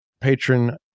patron